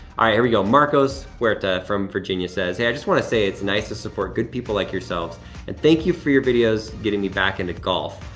here we go, marcos huerta from virginia says, hey, i just want to say, it's nice to support good people like yourselves and thank you for your videos getting me back into golf.